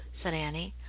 said annie.